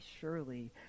surely